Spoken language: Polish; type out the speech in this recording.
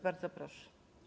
Bardzo proszę.